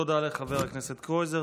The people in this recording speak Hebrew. תודה לחבר הכנסת קרויזר.